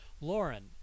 Lauren